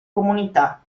comunità